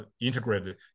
integrated